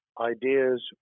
ideas